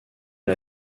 est